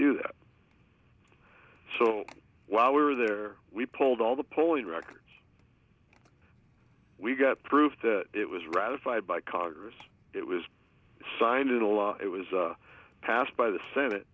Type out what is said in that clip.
do that so while we're there we pulled all the polling records we got proof that it was ratified by congress it was signed into law it was a passed by the senate